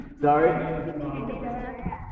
Sorry